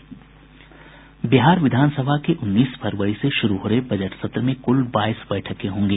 बिहार विधान सभा के उन्नीस फरवरी से शुरू हो रहे बजट सत्र में कुल बाईस बैठकें होंगी